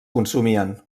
consumien